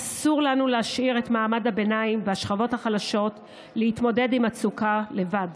אסור לנו להשאיר את מעמד הביניים והשכבות החלשות להתמודד עם המצוקה לבד.